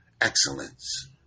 excellence